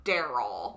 Daryl